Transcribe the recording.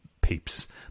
peeps